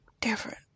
different